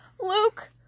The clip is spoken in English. Luke